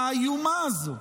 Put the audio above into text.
האיומה הזו.